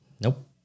Nope